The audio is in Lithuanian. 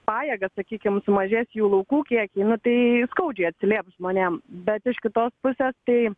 pajėgas sakykim sumažėt jų laukų kiekį nu tai skaudžiai atsilieps žmonėm bet iš kitos pusės tai